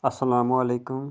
اَسَلامُ علیکُم